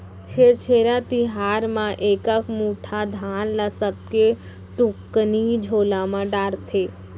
छेरछेरा तिहार म एकक मुठा धान ल सबके टुकनी झोला म डारथे